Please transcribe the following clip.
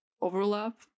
overlap